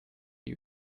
you